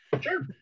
sure